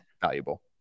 valuable